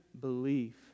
belief